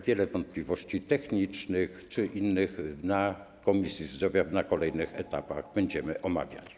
Wiele wątpliwości technicznych czy innych w Komisji Zdrowia na kolejnych etapach będziemy omawiali.